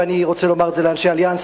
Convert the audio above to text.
אני רוצה לומר לאנשי "אליאנס",